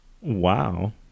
Wow